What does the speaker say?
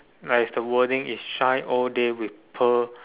like is the wording is shine all day with pearl